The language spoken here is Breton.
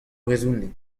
brezhoneg